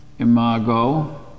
imago